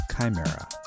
Chimera